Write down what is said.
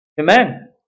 Amen